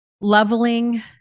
Leveling